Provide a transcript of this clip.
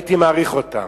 הייתי מעריך אותם.